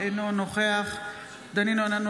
אינו נוכח סימון דוידסון,